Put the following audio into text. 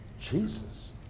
Jesus